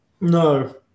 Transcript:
No